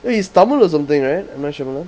wait he's tamil or something right M night shyamalan